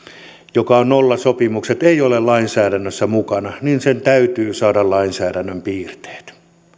nollasopimukset ei ole lainsäädännössä mukana niin sen täytyy saada lainsäädännön piirteet